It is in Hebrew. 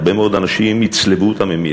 הרבה מאוד אנשים יצלבו אותם אם,